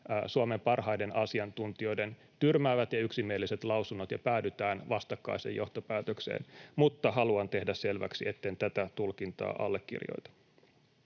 Suomen parhaiden asiantuntijoiden tyrmäävät ja yksimieliset lausunnot ja päädytään vastakkaiseen johtopäätökseen, mutta haluan tehdä selväksi, etten tätä tulkintaa allekirjoita.